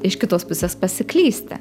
iš kitos pusės pasiklysti